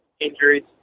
injuries